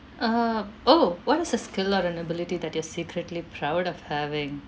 (uh huh) oh what is a skill or an ability that you're secretly proud of having